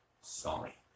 Sorry